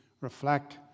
reflect